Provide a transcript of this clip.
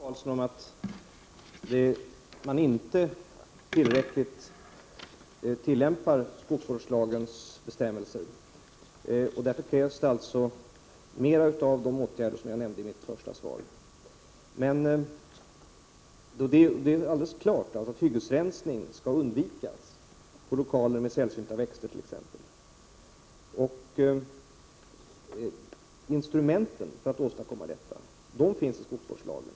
Herr talman! Jag är överens med Ove Karlsson om att man inte i tillräcklig utsträckning tillämpar skogsvårdslagens bestämmelser. Därför krävs det mera av de åtgärder som jag nämnde i mitt svar. Det är alldeles klart att hyggesrensning skall undvikas på t.ex. lokaler med sällsynta växter. Instrumenten för att åstadkomma detta finns i skogsvårdslagen.